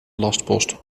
lastpost